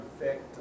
effect